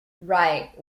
right